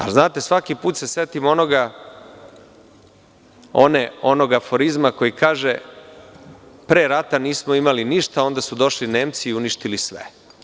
A, znate, svaki put se setim onoga aforizma koji kaže – pre rata nismo imali ništa, onda su došli Nemci i uništili sve.